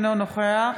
אינו נוכח